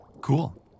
Cool